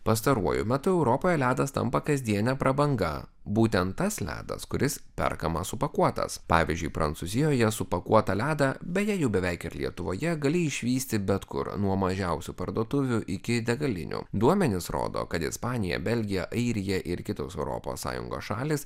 pastaruoju metu europoje ledas tampa kasdiene prabanga būtent tas ledas kuris perkamas supakuotas pavyzdžiui prancūzijoje supakuotą ledą beje jau beveik ir lietuvoje gali išvysti bet kur nuo mažiausių parduotuvių iki degalinių duomenys rodo kad ispanija belgija airija ir kitos europos sąjungos šalys